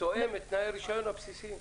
תואם את תנאי הרישיון הבסיסי.